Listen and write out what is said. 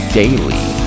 daily